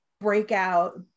breakout